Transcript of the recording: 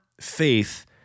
faith